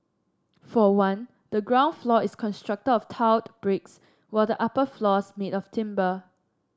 for one the ground floor is constructed of tiled bricks while the upper floors made of timber